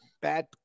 bad